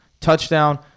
touchdown